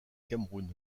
cameroun